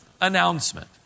announcement